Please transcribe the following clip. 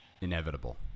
inevitable